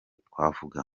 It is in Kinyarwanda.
twavuga